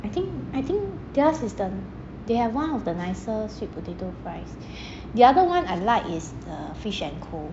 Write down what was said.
I think I think theirs is the they have one of the nicer sweet potato fries the other one I like is the fish and co